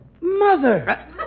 Mother